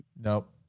Nope